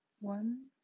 one